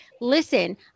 listen